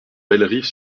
bellerive